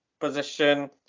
position